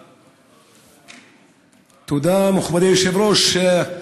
תודה, מכובדי היושב-ראש.